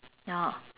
ya